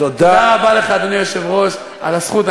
תודה רבה לך, אדוני היושב-ראש, על הזכות.